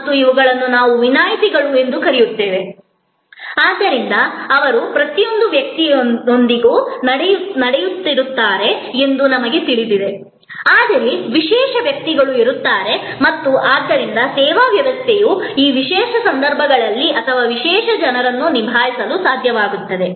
ಮತ್ತು ಇವುಗಳನ್ನು ನಾವು ವಿನಾಯಿತಿಗಳು ಎಂದು ಕರೆಯುತ್ತೇವೆ ಆದ್ದರಿಂದ ಅವರು ಪ್ರತಿಯೊಬ್ಬ ವ್ಯಕ್ತಿಯೊಂದಿಗೆ ನಡೆಯುತ್ತಿದ್ದಾರೆ ಎಂದು ನಮಗೆ ತಿಳಿದಿದೆ ಆದರೆ ವಿಶೇಷ ವ್ಯಕ್ತಿಗಳು ಇರುತ್ತಾರೆ ಮತ್ತು ಆದ್ದರಿಂದ ಸೇವಾ ವ್ಯವಸ್ಥೆಯು ಈ ವಿಶೇಷ ಸಂದರ್ಭಗಳನ್ನು ಅಥವಾ ವಿಶೇಷ ಜನರನ್ನು ನಿಭಾಯಿಸಲು ಸಾಧ್ಯವಾಗುತ್ತದೆ